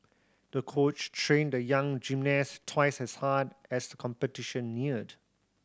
the coach trained the young gymnast twice as hard as the competition neared